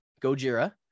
gojira